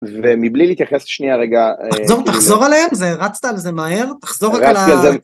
ומבלי להתייחס, שנייה, רגע. תחזור, תחזור עליהם, זה רצת על זה מהר. תחזור על ה...